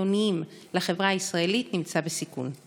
והחיוניים לחברה הישראלית נמצא בסיכון.